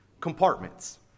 compartments